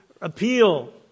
appeal